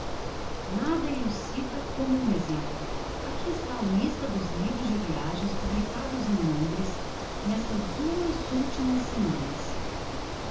nada elucida como um exemplo aqui está a lista dos livros de viagens publicados em londres n'estas duas ultimas semanas